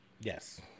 Yes